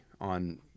on